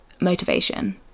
motivation